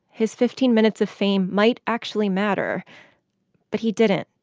his fifteen minutes of fame might actually matter but he didn't,